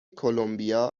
کلمبیا